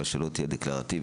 אבל שלא תהיה דקלרטיבית.